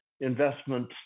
investment